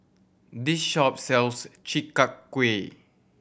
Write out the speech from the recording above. this shop sells Chi Kak Kuih